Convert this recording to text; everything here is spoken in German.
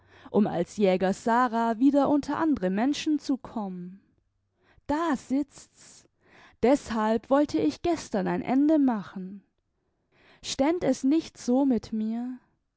um als jäger sara wieder unter andere menschen zu kommen da sitzt's deßhalb wollte ich gestern ein ende machen ständ es nicht so mit mir